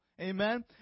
Amen